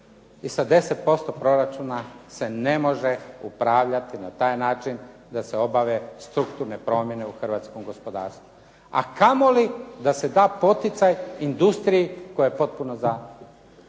I sad 10% proračuna se ne može upravljati na taj način da se obave strukturne promjene u hrvatskog gospodarstvu, a kamo li da se da poticaj industriji koja je potpuno